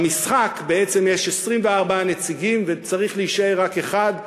בעצם במשחק יש 24 נציגים וצריך להישאר רק אחד,